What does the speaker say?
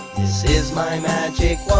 this is my magic